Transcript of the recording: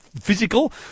physical